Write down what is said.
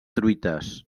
truites